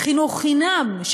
חינוך חינם,